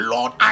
Lord